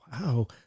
wow